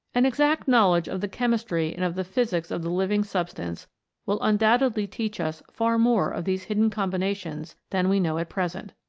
an exact knowledge of the chemistry and of the physics of the living substance will un doubtedly teach us far more of these hidden combinations than we know at present.